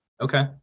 Okay